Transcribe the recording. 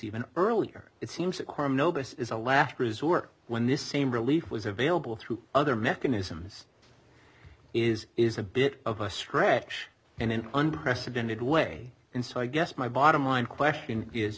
even earlier it seems that quorum notice is a last resort when this same relief was available through other mechanisms is is a bit of a stretch in an unprecedented way and so i guess my bottom line question is